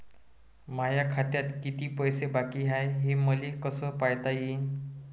माया खात्यात किती पैसे बाकी हाय, हे मले कस पायता येईन?